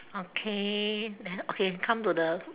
okay then okay come to the